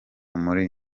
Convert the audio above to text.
muri